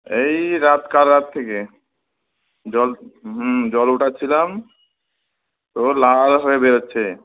এই রাত কাল রাত থেকে জল হুম জল ওঠাচ্ছিলাম তো লাল হয়ে বেরোচ্ছে